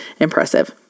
impressive